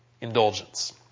indulgence